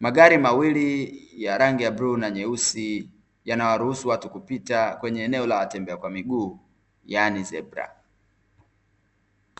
Magari mawili ya rangi ya bluu na nyeusi, yanawaruhusu watu kupita kwenye eneo la watembea kwa miguu yani ZEBRA.